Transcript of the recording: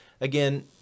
again